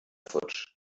futsch